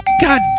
God